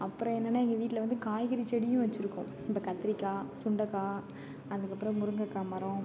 அப்புறம் என்னென்னால் எங்கள் வீட்டில் வந்து காய்கறி செடியும் வச்சுருக்கோம் இப்போ கத்திரிக்காய் சுண்டக்காய் அதுக்கப்புறம் முருங்கக்காய் மரம்